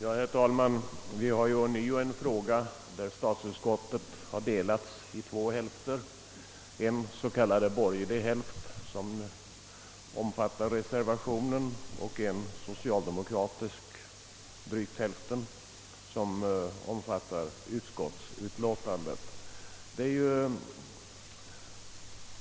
Herr talman! Vi har här ånyo en fråga, i vilken statsutskottet har delats på två sidor, en s.k. borgerlig sida som omfattar reservationen och en socialdemokratisk, utgörande drygt hälften av utskottets ledamöter, som står bakom utskottets hemställan.